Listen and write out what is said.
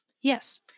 Yes